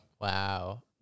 Wow